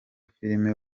filime